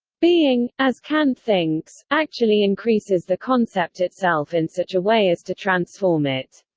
being, as kant thinks, actually increases the concept itself in such a way as to transform it.